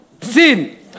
sin